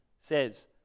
says